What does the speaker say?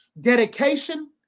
dedication